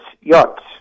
yachts